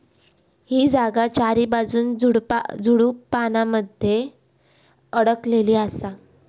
ही जागा चारीबाजून झुडपानमध्ये अडकलेली असा